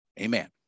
Amen